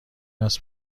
است